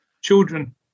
children